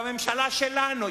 בממשלה שלנו,